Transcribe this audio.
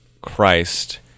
Christ